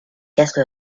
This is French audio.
quatre